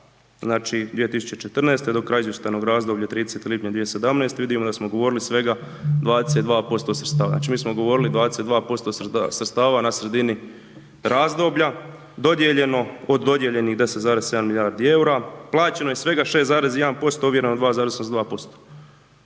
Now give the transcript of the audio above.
znači, 2014.g. do kraja izvještajnog razdoblja 30. lipnja 2017. vidimo da smo ugovorili svega 22% sredstava. Znači, mi smo govorili 22% sredstava na sredini razdoblja dodijeljeno, od dodijeljenih 10,7 milijardi EUR-a plaćeno je svega 6,1%, ovjereno 2,82%.